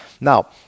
Now